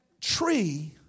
tree